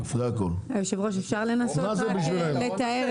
היושב ראש, אפשר לנסות לתאר?